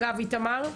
איתמר,